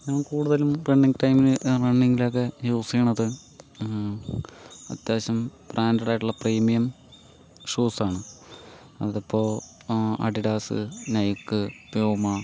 ഞാൻ കൂടുതലും റണ്ണിങ് ടൈമില് റണ്ണിങ്ലൊക്കെ യൂസ് ചെയ്യുന്നത് അത്യാവശ്യം ബ്രാൻഡഡ് ആയിട്ടുള്ള പ്രീമിയം ഷൂസാണ് അതിപ്പോൾ അഡിഡാസ് നൈക്ക് പ്യൂമ